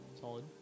solid